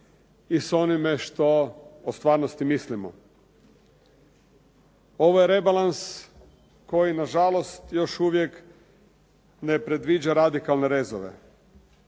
i s onime što o stvarnosti mislimo. Ovo je rebalans koji na žalost još uvijek ne predviđa radikalne rezove.